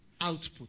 output